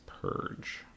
purge